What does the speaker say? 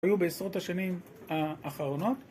בעשרות השנים האחרונות